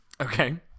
Okay